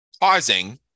pausing